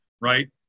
right